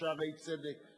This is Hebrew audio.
ו"שערי צדק",